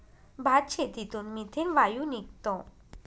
भातशेतीतून मिथेन वायू निघतो